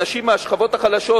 אנשים מהשכבות החלשות.